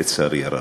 לצערי הרב.